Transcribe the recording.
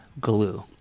glue